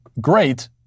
great